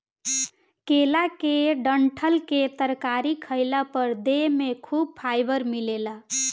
केला के डंठल के तरकारी खइला पर देह में खूब फाइबर मिलेला